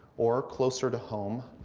or closer to home,